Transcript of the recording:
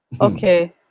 okay